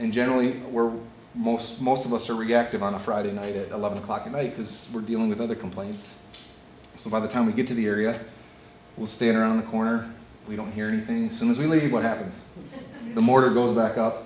and generally we're most most of us are reactive on a friday night at eleven o'clock at night because we're dealing with other complaints so by the time we get to the area we'll stay in or around the corner we don't hear anything so as we leave what happens the more go back up